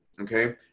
okay